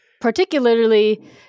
particularly